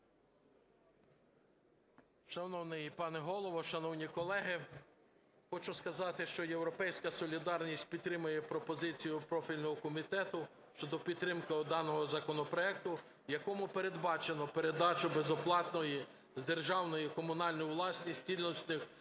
Шановний пане Голово, шановні колеги, хочу сказати, що "Європейська солідарність" підтримує пропозицію профільного комітету щодо підтримки даного законопроекту, в якому передбачено передачу безоплатної з державної в комунальну власність цілісних